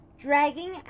dragging